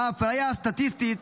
האפליה הסטטיסטית,